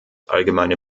allgemeine